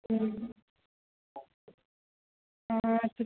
હમ હમ